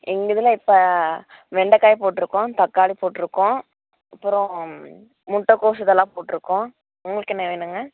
எங்கள் இதில் இப்போ வெண்டைக்காய் போட்டிருக்கோம் தக்காளி போட்டிருக்கோம் அப்புறம் முட்டைகோஸ் இதெல்லாம் போட்டிருக்கோம் உங்களுக்கு என்ன வேணுங்க